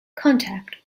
contact